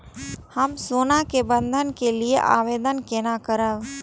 हम सोना के बंधन के लियै आवेदन केना करब?